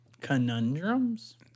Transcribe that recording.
Conundrums